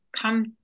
come